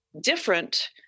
different